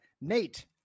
Nate